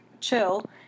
chill